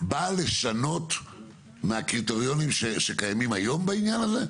באה לשנות מהקריטריונים שקיימים היום בעניין הזה?